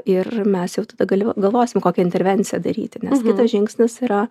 ir mes jau tada gali galvosim kokią intervenciją daryti nes kitas žingsnis yra